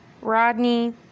Rodney